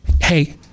hey